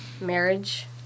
Marriage